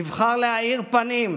נבחר להאיר פנים,